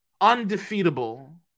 undefeatable